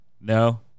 no